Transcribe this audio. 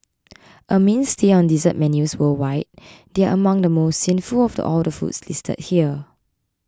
a mainstay on dessert menus worldwide they are among the most sinful of all the foods listed here